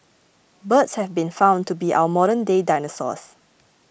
birds have been found to be our modernday dinosaurs